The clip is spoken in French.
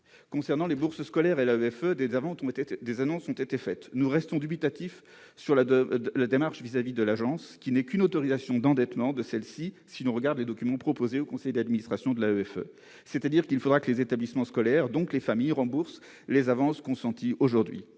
concerne les bourses scolaires et l'AEFE, des annonces ont été faites. Nous restons dubitatifs quant à la démarche relative à l'Agence, car il ne s'agit que d'une autorisation d'endettement de celle-ci, si l'on se réfère aux documents proposés au conseil d'administration de l'AEFE. Il faudra en effet que les établissements scolaires, donc les familles, remboursent les avances consenties aujourd'hui.